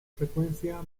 frecuencia